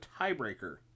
tiebreaker